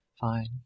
Fine